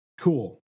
Cool